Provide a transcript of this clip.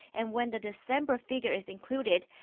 and when the december figure is included,